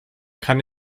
kann